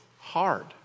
hard